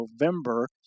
November